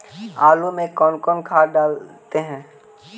आलू में कौन कौन खाद डालते हैं?